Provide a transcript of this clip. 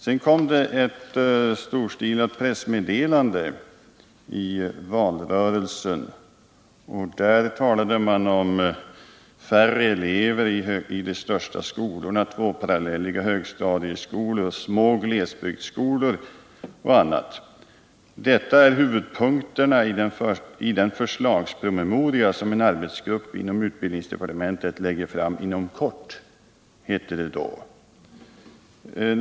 Sedan kom det ett storstilat 83 pressmeddelande i valrörelsen, där det talades om färre elever i de största skolorna, tvåparallelliga högstadieskolor, små glesbygdsskolor och annat. ”Detta är huvudpunkterna i den förslagspromemoria —-—— som en arbetsgrupp inom utbildningsdepartementet lägger fram inom kort”, hette det då.